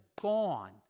gone